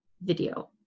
video